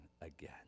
again